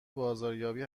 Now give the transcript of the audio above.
بازاریابی